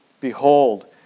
Behold